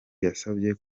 yasabye